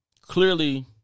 Clearly